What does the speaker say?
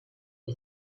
que